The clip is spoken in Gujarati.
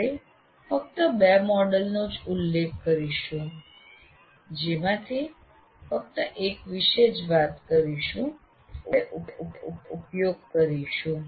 આપણે ફક્ત બે મોડેલ નો જ ઉલ્લેખ કરીશું જેમાંથી ફક્ત એક વિષે જ વાત કરીશું જેનો આપણે ઉપયોગ કરીશું